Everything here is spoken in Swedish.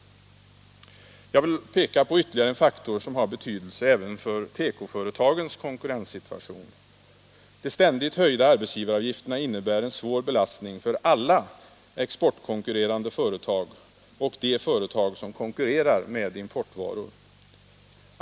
Jag vill peka på ytterligare en faktor som har betydelse även för tekoföretagens konkurrenssituation. De ständigt höjda arbetsgivaravgifterna innebär en svår belastning för alla exportkonkurrerande företag och de företag som konkurrerar med importvaror.